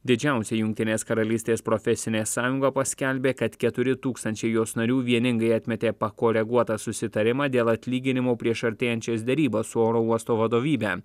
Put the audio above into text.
didžiausia jungtinės karalystės profesinė sąjunga paskelbė kad keturi tūkstančiai jos narių vieningai atmetė pakoreguotą susitarimą dėl atlyginimų prieš artėjančias derybas su oro uosto vadovybe